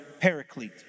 paraclete